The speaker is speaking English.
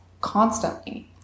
constantly